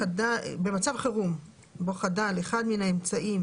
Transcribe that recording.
במצב חירום בו חדל אחד מבין האמצעים